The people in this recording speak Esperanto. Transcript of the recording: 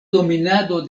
dominado